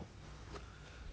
!yay! one hour